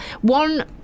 One